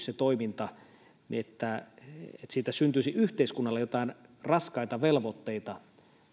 se toiminta loppuisi niin siitä syntyisi yhteiskunnalle jotain raskaita velvoitteita